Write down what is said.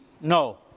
No